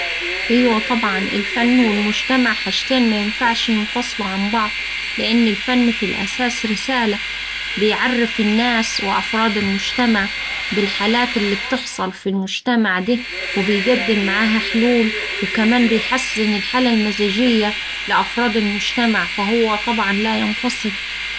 إيوه طبعا، الفن والمجتمع حاجتين مينفعش ينفصلو عن بعض لأن الفن في الأساس رسالة بيعرف الناس وأفراد المجتمع بالحالات اللي بتحصل في المجتمع ده وبيقدم معاها حلول وكمان بيحسن الحالة المزاجية لأفراد المجتمع فهو طبعا لا ينفصل.